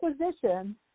acquisition